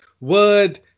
Word